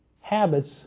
habits